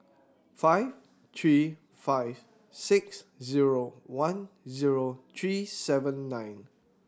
five three five six zero one zero three seven nine